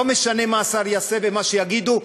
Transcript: ולא משנה מה השר יעשה ומה שיגידו,